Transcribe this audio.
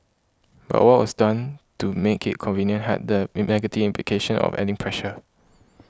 but what was done to make it convenient had the negative implications of adding pressure